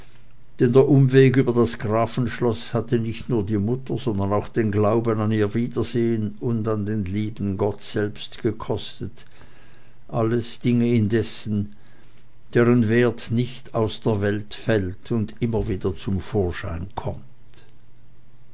der umweg über das grafenschloß hatte mich nicht nur die mutter sondern auch den glauben an ihr wiedersehen und an den lieben gott selbst gekostet alles dinge indessen deren wert nicht aus der welt fällt und immer wieder zum vorschein kommt